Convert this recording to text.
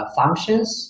functions